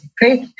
great